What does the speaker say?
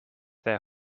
their